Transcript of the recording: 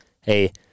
hey